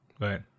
Right